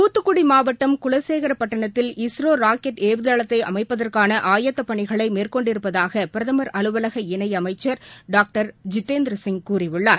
துத்துக்குடிமாவட்டம் குலசேகரப்பட்டினத்தில் இஸ்ரோராக்கெட் ஏவுதளத்தைஅமைப்பதற்கானஆயத்தப் பணிகளைமேற்கொண்டிருப்பதாகபிரதமா் அலுவலக இணைஅமைச்சா் டாக்டர் ஜிதேந்திரசிங் கூறியுள்ளார்